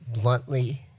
Bluntly